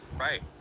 Right